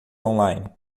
online